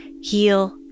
heal